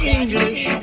English